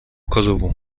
kosovo